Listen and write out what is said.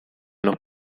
los